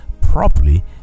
properly